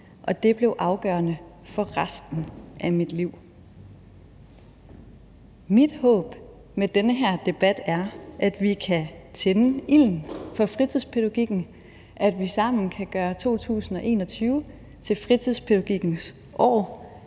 og det blev afgørende for resten af mit liv. Mit håb med den her debat er, at vi kan tænde ilden for fritidspædagogikken, at vi sammen kan gøre 2021 til fritidspædagogikkens år,